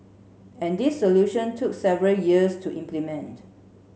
and this solution took several years to implement